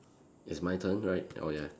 it's my turn right oh yeah